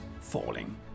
falling